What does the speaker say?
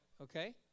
okay